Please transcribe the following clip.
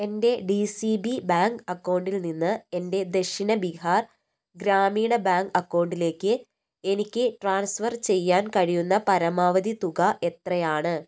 എൻ്റെ D C B bank അക്കൗണ്ടിൽ നിന്ന് എൻ്റെ ദക്ഷിണ ബിഹാർ ഗ്രാമീണ ബാങ്ക് അക്കൗണ്ടിലേക്ക് എനിക്ക് ട്രാൻസ്ഫർ ചെയ്യാൻ കഴിയുന്ന പരമാവധി തുക എത്രയാണ്